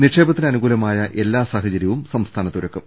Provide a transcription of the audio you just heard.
നിക്ഷേപത്തിന് അനുകൂല മായ എല്ലാ സാഹചര്യവും സംസ്ഥാനത്ത് ഒരുക്കും